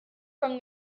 from